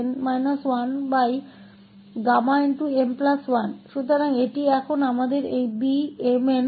तो यह अब हमें देता है कि यह Β𝑚 𝑛 mn